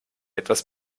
etwas